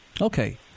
Okay